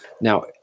Now